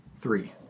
Three